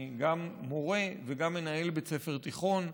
גם מורה וגם מנהל בית ספר תיכון,